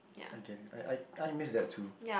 I get it I I I miss that too